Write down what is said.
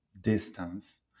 distance